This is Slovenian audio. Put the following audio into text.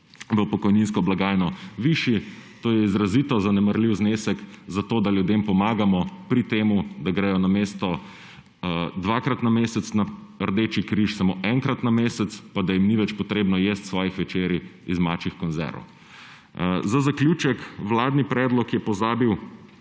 v pokojninsko blagajno višji, to je izrazito zanemarljiv znesek za to, da ljudem pomagamo pri tem, da gredo namesto dvakrat na mesec na Rdeči križ samo enkrat na mesec pa da jim ni več treba jesti svojih večerij iz mačjih konzerv. Za zaključek. Vladni predlog je pozabil